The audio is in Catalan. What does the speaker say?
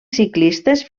ciclistes